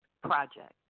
Project